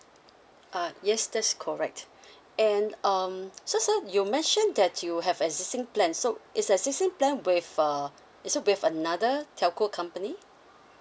uh yes that's correct and um so sir you mention that you have existing plan so is existing plan with uh is it with another telco company